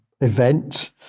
event